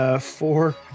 Four